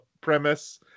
premise